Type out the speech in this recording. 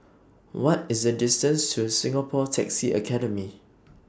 What IS The distance to Singapore Taxi Academy